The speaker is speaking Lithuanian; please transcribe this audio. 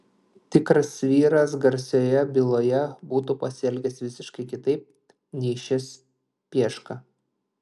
tikras vyras garsiojoje byloje būtų pasielgęs visiškai kitaip nei šis pieška